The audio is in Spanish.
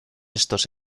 estos